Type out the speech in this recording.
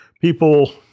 people